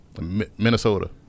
Minnesota